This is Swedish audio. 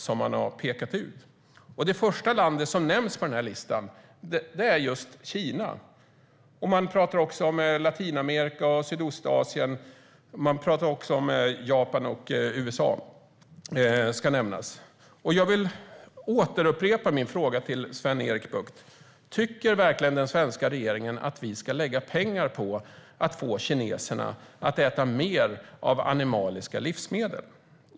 Det första landet som nämns på den här listan är just Kina. Man pratar också om Latinamerika och Sydostasien och även om Japan och USA. Jag vill upprepa min fråga till Sven-Erik Bucht: Tycker verkligen den svenska regeringen att vi ska lägga pengar på att få kineserna att äta mer av animaliska livsmedel?